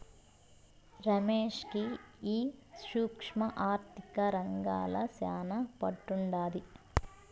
రమేష్ కి ఈ సూక్ష్మ ఆర్థిక రంగంల శానా పట్టుండాది